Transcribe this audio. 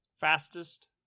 Fastest